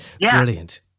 Brilliant